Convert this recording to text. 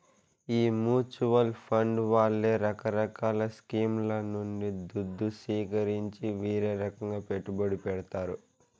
ఈ mutual fund వాళ్లే రకరకాల స్కీంల నుండి దుద్దు సీకరించి వీరే రకంగా పెట్టుబడి పెడతారు